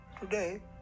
today